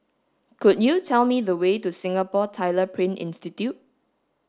could you tell me the way to Singapore Tyler Print Institute